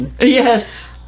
Yes